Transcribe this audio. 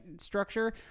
structure